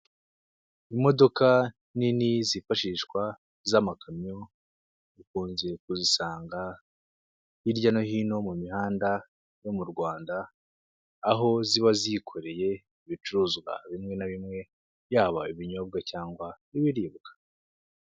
Imodoka nini zifashishwa z'amakamyo ukunze kuzisanga hirya no hino mu mihanda yo mu Rwanda, aho ziba zikoreye ibicuruzwa bimwe na bimwe yaba ibinyobwa cyangwa n'ibiribwa.